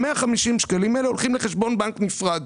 ה-150 שקלים האלה הולכים לחשבון בנק נפרד.